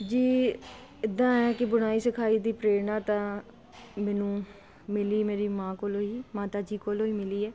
ਜੀ ਇੱਦਾਂ ਐ ਕੀ ਬਣਾਈ ਸਿਖਾਈ ਦੀ ਪ੍ਰੇਰਣਾ ਤਾਂ ਮੈਨੂੰ ਮਿਲੀ ਮੇਰੀ ਮਾਂ ਕੋਲੋ ਮਾਤਾ ਜੀ ਕੋਲੋ ਮਿਲੀ ਹੈ